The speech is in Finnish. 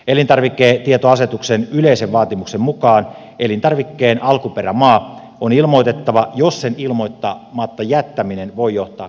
elintarviketietoasetuksen yleisen vaatimuksen mukaan elintarvikkeen alkuperämaa on ilmoitettava jos sen ilmoittamatta jättäminen voi johtaa kuluttajaa harhaan